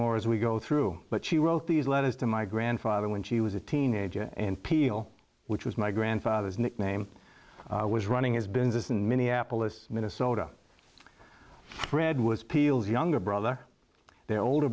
more as we go through but she wrote these letters to my grandfather when she was a teenager and peele which was my grandfather's nickname was running has been this in minneapolis minnesota thread was peals younger brother their older